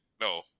no